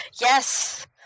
Yes